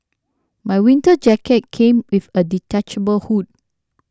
my winter jacket came with a detachable hood